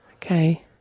Okay